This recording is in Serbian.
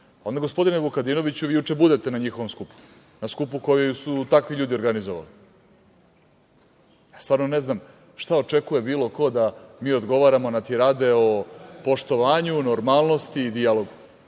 gospodine Vukadinoviću vi juče budete na njihovom skupu, na skupu koji su takvi ljudi organizovali. Stvarno ne znam šta očekuje bilo ko da mi odgovaramo na tirade o poštovanju, normalnosti i dijalogu.